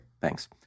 thanks